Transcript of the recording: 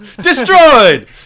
Destroyed